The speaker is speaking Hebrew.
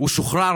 הוא שוחרר,